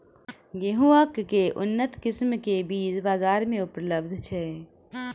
गेंहूँ केँ के उन्नत किसिम केँ बीज बजार मे उपलब्ध छैय?